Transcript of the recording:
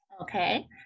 Okay